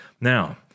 Now